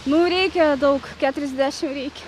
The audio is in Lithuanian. nu reikia daug keturiasdešim reikia